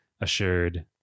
assured